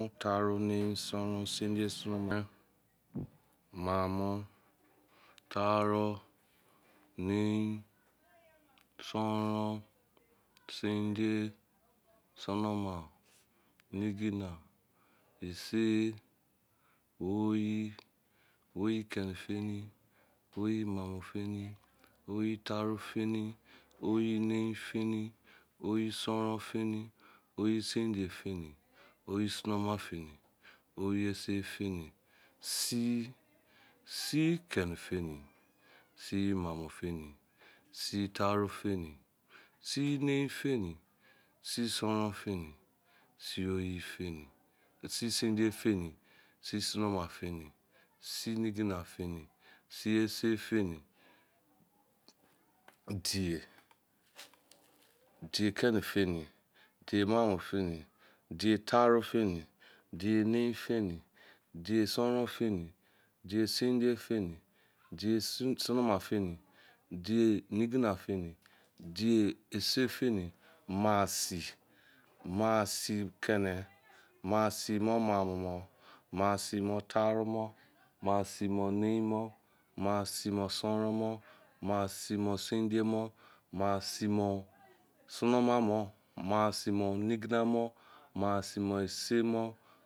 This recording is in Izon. Taru, nein, son-ron, sid-io, son-ma, maa-mu, taaru, nein, son-ron, su-dio, sonu-ma, neigi-ma, esi, oyi, oyi-kene foni, oyi-maa foni, oyi- son-ron foni, oyi- son-dio foni, oyi- sonu-ma foni, oyi- esi-foni, si-si- kene foni, si- maa foni, si- taru foni, si- nein foni, si- son-ron foni, si- son-dio doni, si- neigina- foni, si- si esi foni, die- die kene foni, die- die maa foni, die- die three foni, die- die nein foni, die- duson-ran foni, die- duson-run foni, die- dies- foni, masi- masi-kene, masi- mas- mo maa mu, masi mo nein, masi mo son-ron, masi mo son- dio, masi mo sono- ma, masi mo neigi na mo, masi mo esi mo, masi mo oyi mo, masi mo oyi maamu, masi mo oyi mo three, masi mo oyi mo nein, masi mo oyi mo son-ron, masi mo oyi mo son-dio, masi mo oyi mo sono-ma, masi mo oyi mo neigina, masi mo oyi mo esi, masi mo oyi, taara si-kene, taara si maamu, taara si nein, taara si son-ron, taara si sonoron, taara si sona ma, taara si neigina, taara si oyi fon esi, taara si mo oyi mo kene, taara si mo oyi mo maamu, taara si mo oyi mo, taara si mo oyi mo nein, taara si mo oyi mo son-ron, taara si mo oyi mo sona na, taara si mo oyi mo neigina, taara si mo oyi mo esi, nein si, nein si mo kene, nein si mo maamu, nein si mo three, nein si mo nein, nein si mo son-ron, nein si mo son-dio, nein si mo sonoma, nein si mo neigina, nein si mo